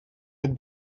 had